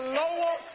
lower